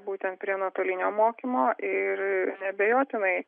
būtent prie nuotolinio mokymo ir neabejotinai